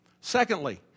Secondly